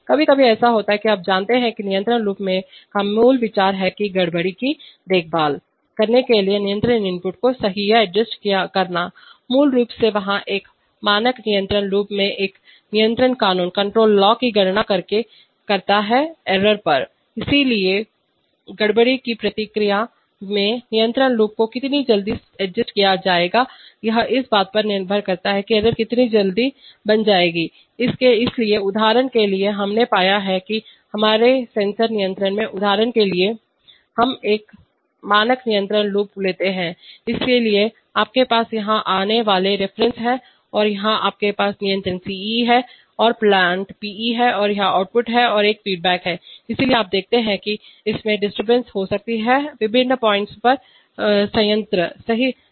कभी कभी ऐसा होता है कि आप जानते हैं नियंत्रण लूप का मूल विचार है कि गड़बड़ी की देखभाल करने के लिए नियंत्रण इनपुट को सही या एडजस्ट करना मूल रूप से वहां और एक मानक नियंत्रण लूप में एक नियंत्रण कानून की गणना करके करता है एरर पर इसलिए गड़बड़ी की प्रतिक्रिया में नियंत्रण लूप को कितनी जल्दी समायोजितएडजस्ट किया जाएगा यह इस बात पर निर्भर करता है कि एरर कितनी जल्दी बन जाएगी इसलिए उदाहरण के लिए हमने पाया है कि हमारे एकल सेंसर नियंत्रण में उदाहरण के लिए हम मानक नियंत्रण लूप लेते हैं इसलिए आपके पास यहां आने वाला रिफरेन्स है और यहां आपके पास नियंत्रक CE और प्लांट Pe है और यह आउटपुट है और एक फीडबैक है इसलिए आप देखते हैं कि इसमें डिस्टरबेंस गड़बड़ी हो सकती है विभिन्न पॉइंट्स पर संयंत्र सही